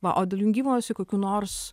o dėl jungimosi kokių nors